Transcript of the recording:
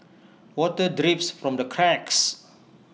water drips from the cracks